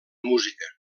música